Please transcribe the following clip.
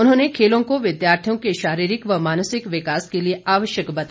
उन्होंने खेलों को विद्यार्थियों के शारीरिक और मानसिक विकास के लिए आवश्यक बताया